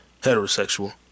heterosexual